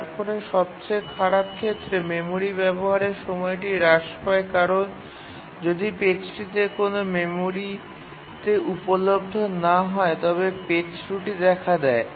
তারপরে সবচেয়ে খারাপ ক্ষেত্রে মেমরি ব্যাবহারের সময়টি হ্রাস পায় কারণ যদি পেজটিতে কোনও মেমরিতে উপলব্ধ না হয় তবে পেজ ত্রুটি দেখা দেয়